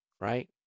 Right